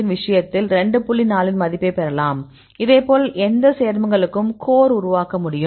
4 இன் மதிப்பைப் பெறலாம் அதேபோல் எந்த சேர்மங்களுக்கும் கோர் உருவாக்க முடியும்